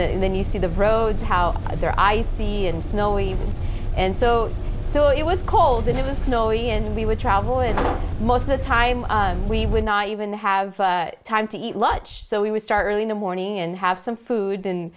it and then you see the roads how they're icy and snowy and so so it was cold in the snowy and we would travel with most of the time we would not even have time to eat lunch so we would start early in the morning and have some food